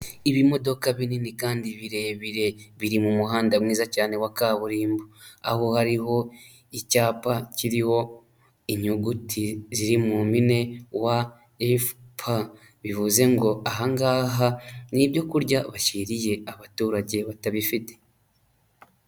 Ibimodoka binini kandi birebire, biri mu muhanda mwiza cyane wa kaburimbo. Aho hariho icyapa kiriho inyuguti ziri mu mpine; wa, efu, pa. Bivuze ngo aha ngaha ni ibyo kurya bashyiriye abaturage batabifite.